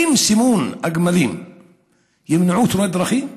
האם סימון הגמלים ימנע תאונות דרכים?